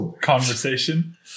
conversation